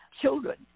children